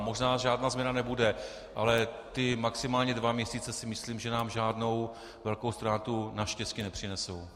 Možná žádná změna nebude, ale ty maximálně dva měsíce nám, myslím, žádnou velkou ztrátu naštěstí nepřinesou.